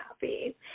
happy